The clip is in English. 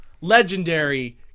Legendary